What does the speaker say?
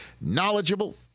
knowledgeable